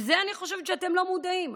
לזה אני חושבת שאתם לא מודעים.